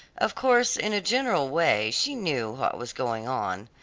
of course in a general way she knew what was going on,